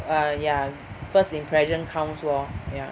uh yeah first impression counts lor yeah